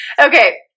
Okay